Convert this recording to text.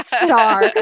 star